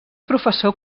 professor